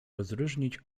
rozróżnić